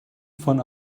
von